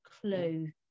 clue